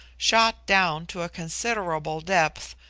shot down to a considerable depth,